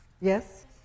Yes